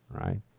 Right